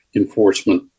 enforcement